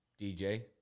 DJ